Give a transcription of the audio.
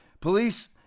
Police